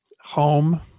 home